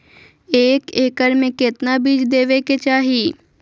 एक एकड़ मे केतना बीज देवे के चाहि?